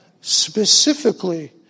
specifically